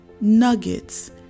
nuggets